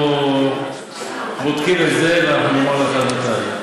אנחנו בודקים את זה ונאמר לך עד מתי.